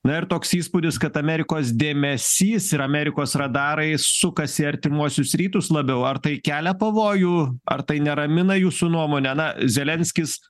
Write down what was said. na ir toks įspūdis kad amerikos dėmesys ir amerikos radarai sukasi artimuosius rytus labiau ar tai kelia pavojų ar tai neramina jūsų nuomone na zelenskis